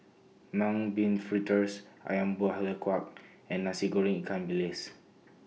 Mung Bean Fritters Ayam Buah Keluak and Nasi Goreng Ikan Bilis